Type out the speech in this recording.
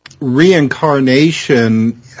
reincarnation